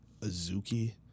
Azuki